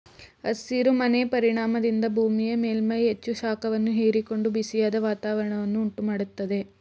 ಹಸಿರು ಮನೆ ಪರಿಣಾಮದಿಂದ ಭೂಮಿಯ ಮೇಲ್ಮೈ ಹೆಚ್ಚು ಶಾಖವನ್ನು ಹೀರಿಕೊಂಡು ಬಿಸಿಯಾದ ವಾತಾವರಣವನ್ನು ಉಂಟು ಮಾಡತ್ತದೆ